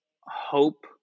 hope